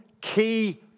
key